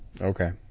Okay